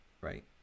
right